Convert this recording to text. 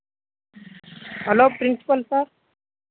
hello principal sir